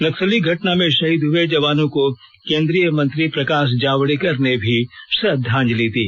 नक्सली घटना में शहीद हुए जवानों को केंद्रीय मंत्री प्रकाश जावडेकर ने भी श्रद्वांजलि दी